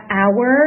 hour